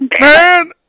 Man